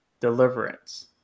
Deliverance